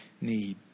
need